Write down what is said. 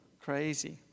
crazy